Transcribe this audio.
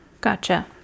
Gotcha